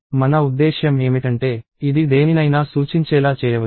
మన ఉద్దేశ్యం ఏమిటంటే ఇది దేనినైనా సూచించేలా చేయవచ్చు